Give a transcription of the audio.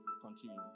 continue